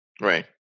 Right